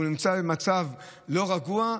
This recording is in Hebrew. והוא ונמצא במצב לא רגוע,